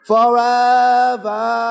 Forever